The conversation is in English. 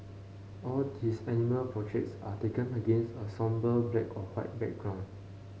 all his animal portraits are taken against a sombre black or white background